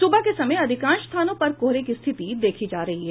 सुबह के समय अधिकांश स्थानों पर कोहरे की स्थिति देखी जा रही है